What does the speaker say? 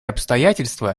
обстоятельства